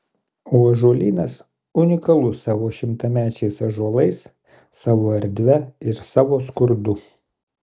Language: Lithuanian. o ąžuolynas unikalus savo šimtamečiais ąžuolais savo erdve ir savo skurdu